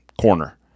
corner